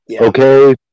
Okay